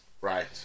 Right